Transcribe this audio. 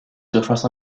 surface